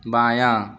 بایاں